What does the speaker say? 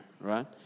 right